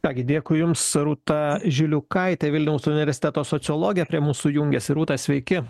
ką gi dėkui jums rūta žiliukaitė vilniaus universiteto sociologė prie mūsų jungias rūta sveiki